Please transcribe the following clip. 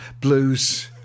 blues